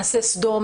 מעשה סדום,